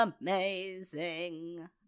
Amazing